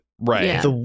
Right